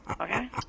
Okay